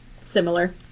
similar